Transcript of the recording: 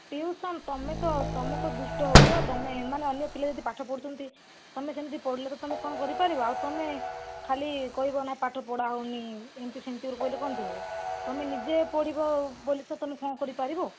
tuition ତମେ ତ ତମେ ତ ଦୁଷ୍ଟ ହେଉଛ ତମେ ମାନେ ଅନ୍ୟ ପିଲା ଯଦି ପାଠ ପଢ଼ୁଛନ୍ତି ତମେ ସେମିତି ପଢ଼ିଲେ ତ ତମେ କ'ଣ କରିପାରିବ ଆଉ ତମେ ଖାଲି କହିବି ନା ପାଠ ପଢ଼ା ହେଉନି ଏମିତି ସେମିତି କରି କହିଲେ କେମିତି ହେବ ତମେ ନିଜେ ତ ପଢ଼ିବ ବୋଲି ତ ତମେ ହଁ କରିପାରିବ